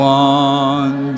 one